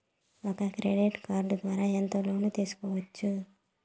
ఒక credit card ద్వారా ఎంత లోను తీసుకోవచ్చు?